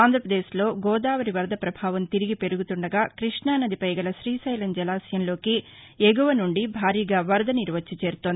ఆంధ్రాపదేశ్లో గోదావరి వరద ప్రభావం తిరిగి పెరుగుతుండగా కృష్ణానదిపై గల శ్రీతైలం జలాశయంలోకి ఎగువ నుండి భారీగా వరదనీరు వచ్చి చేరుతోంది